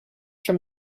from